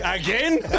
again